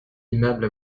aimables